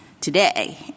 today